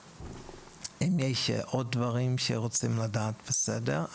אם יש עוד דברים שרוצים לדעת בסדר.